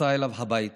נסע אליו הביתה,